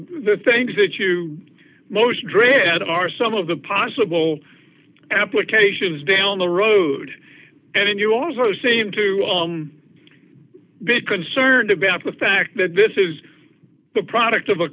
the things that you most dread are some of the possible applications down the road and you also seem to be concerned about the fact that this is the product of a